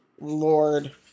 Lord